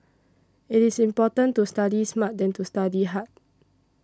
it is important to study smart than to study hard